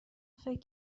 فکر